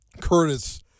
Curtis